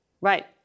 Right